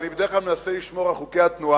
ואני בדרך כלל מנסה לשמור על חוקי התנועה,